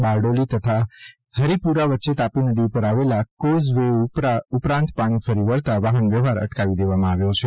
બારડોલી અને હરિપુરા વચ્ચે તાપી નદી ઉપર આવેલા કોઝ વે ઉપરાંત પાણી ફરી વળતાં વાહન વ્યવહાર અટકાવી દેવાયો છે